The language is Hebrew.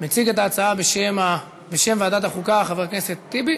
מציג את ההצעה בשם ועדת החוקה, חבר הכנסת טיבי?